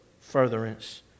furtherance